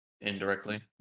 indirectly